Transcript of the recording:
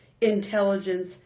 intelligence